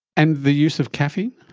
and the use of caffeine?